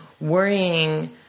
worrying